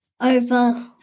over